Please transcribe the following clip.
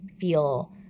feel